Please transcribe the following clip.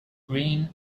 green